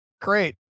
great